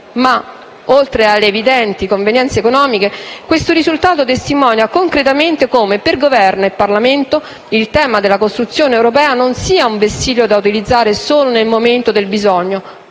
oltre alle evidenti convenienze economiche, questo risultato testimonia concretamente come per Governo e Parlamento il tema della costruzione europea non sia un vessillo da utilizzare solo nel momento del bisogno,